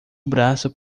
braço